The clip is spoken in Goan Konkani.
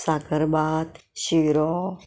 साकरबात शिरो